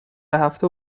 هفته